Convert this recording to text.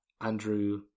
Andrew